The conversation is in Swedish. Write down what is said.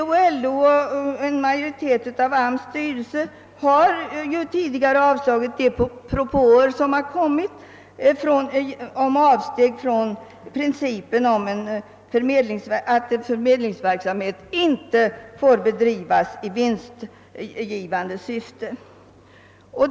TCO, LO och majoriteten av AMS:s styrelse har tidigare avslagit de propåer som framställts om avsteg från principen om att förmedlingsverksamhet inte får bedrivas i vinstgivande syfte. I direktiven.